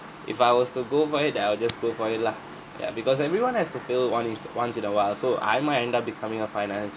if I was to go for it then I will just go for it lah ya because everyone has to fail one is once in awhile so I might end up becoming a finance